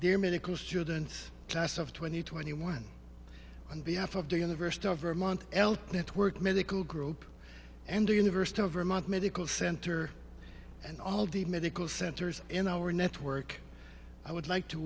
their medical student class of twenty twenty one on behalf of the university of vermont l network medical group and the university of vermont medical center and all the medical centers in our network i would like to